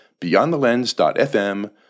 beyondthelens.fm